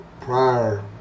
prior